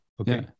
Okay